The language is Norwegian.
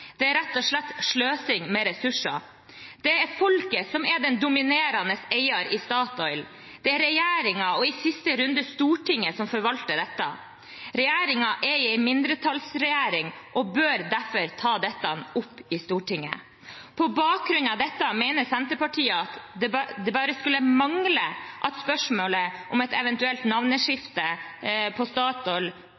Det er rett og slett sløsing med ressurser. Det er folket som er den dominerende eieren i Statoil. Det er regjeringen – og i siste runde Stortinget – som forvalter dette. Regjeringen er en mindretallsregjering og bør derfor ta dette opp i Stortinget. På bakgrunn av dette mener Senterpartiet at det bare skulle mangle at spørsmålet om et eventuelt